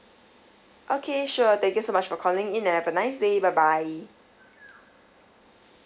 okay sure thank you so much for calling in and have a nice day bye bye